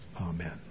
Amen